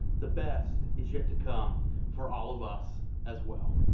the best is yet to come for all of us as well.